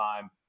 time